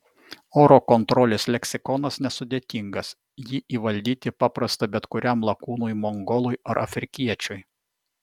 oro kontrolės leksikonas nesudėtingas jį įvaldyti paprasta bet kuriam lakūnui mongolui ar afrikiečiui